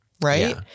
Right